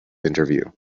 interview